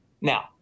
Now